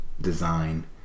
design